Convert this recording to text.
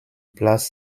platz